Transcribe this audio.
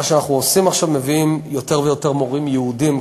מה שאנחנו עושים עכשיו זה מביאים יותר ויותר מורים יהודים,